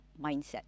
mindset